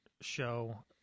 show